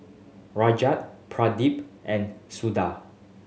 Raja Pradip and Suda